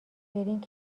برین